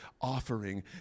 offering